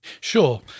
Sure